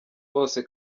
bose